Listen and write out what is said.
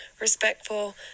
respectful